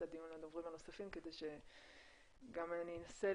הדיון לדוברים הנוספים כדי שגם אני אנסה